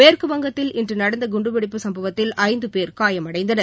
மேற்குவங்கதில் இன்று நடந்த குண்டுவெடிப்பு சும்பவத்தில் ஐந்து பேர் காயமடைந்தனர்